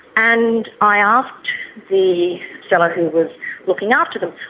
and i ah asked the fellow who was looking after them,